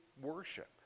worship